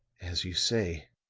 as you say,